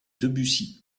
debussy